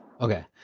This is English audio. Okay